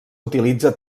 utilitza